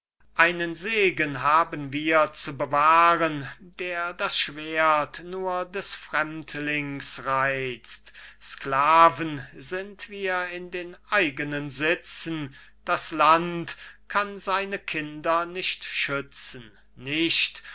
einen segen haben wir zu bewahren der das schwert nur des fremdlings reizt sklaven sind wir in den eigenen sitzen das land kann seine kinder nicht schützen nicht